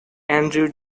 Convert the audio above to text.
andrew